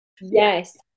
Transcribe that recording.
Yes